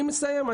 אני מסיים.